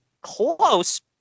close